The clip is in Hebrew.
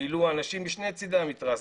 שגילו אנשים משני צידי המתרס,